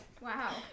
Wow